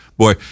Boy